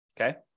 okay